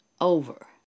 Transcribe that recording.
over